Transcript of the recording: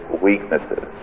weaknesses